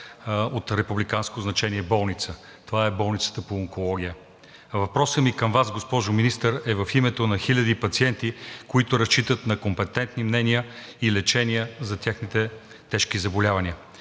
от републиканско значение болница – това е Болницата по онкология. Въпросът ми към Вас, госпожо Министър, е в името на хиляди пациенти, които разчитат на компетентни мнения и лечения за техните тежки заболявания.